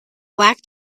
black